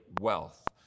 wealth